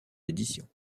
éditions